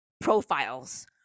profiles